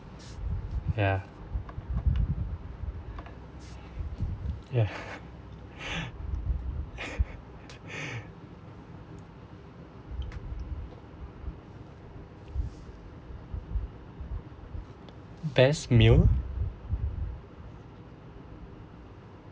ya best meal